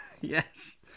Yes